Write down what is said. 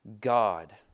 God